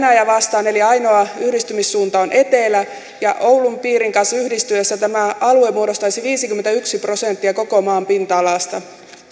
venäjä vastaan ainoa yhdistymissuunta on etelä ja oulun piirin kanssa yhdistyessä tämä alue muodostaisi viisikymmentäyksi prosenttia koko maan pinta alasta